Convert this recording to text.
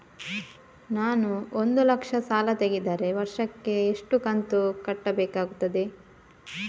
ನಾನು ಒಂದು ಲಕ್ಷ ಸಾಲ ತೆಗೆದರೆ ವರ್ಷಕ್ಕೆ ಎಷ್ಟು ಕಂತು ಕಟ್ಟಬೇಕಾಗುತ್ತದೆ?